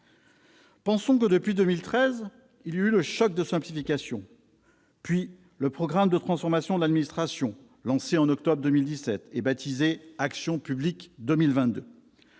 Pensons que, depuis 2013, a eu lieu le choc de simplification, puis le programme de transformation de l'administration, baptisé « Action publique 2022 »,